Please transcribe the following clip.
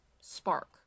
spark